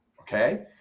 Okay